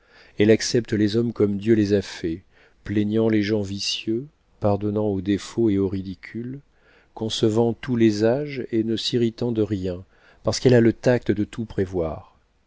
elle accepte les hommes comme dieu les a faits plaignant les gens vicieux pardonnant aux défauts et aux ridicules concevant tous les âges et ne s'irritant de rien parce qu'elle a le tact de tout prévoir